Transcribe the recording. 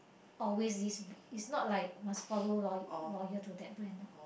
always this it's not like must follow loyal loyal to that brand lah